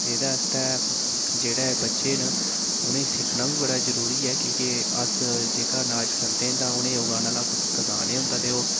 ते एह्दे आस्तै जेह्ड़े बच्चे न उ'नेंगी सिक्खना बी बड़ा जरूरी ऐ कि के अस जेह्का अनाज खंदे न तां उ'नेंगी उगाना आह्ला कुस किसान ही होंदा ते ओह्